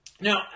now